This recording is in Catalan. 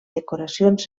decoracions